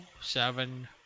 seven